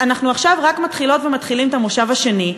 אנחנו עכשיו רק מתחילות ומתחילים את המושב השני,